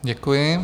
Děkuji.